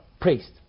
priest